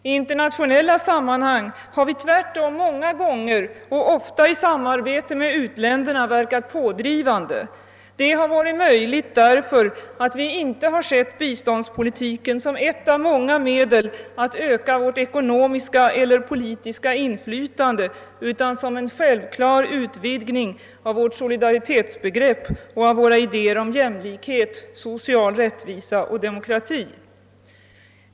I internationella sammanhang har vi tvärtom många gånger och ofta i samarbete med u-länderna verkat pådrivande. Detta har varit möjligt därför att vi inte har sett biståndspolitiken som ett av många medel att öka vårt ekonomiska eller politiska inflytande utan som en självklar utvidgning av vårt solidaritetsbegrepp och våra idéer om jämlikhet, social rättvisa och demokrati.